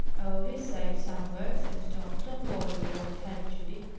oh, he's safe somewhere, said tom. don't worry your old head, judy.